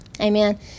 Amen